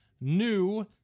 new